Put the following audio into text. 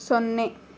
ಸೊನ್ನೆ